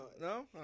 No